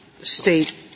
state